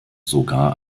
sogar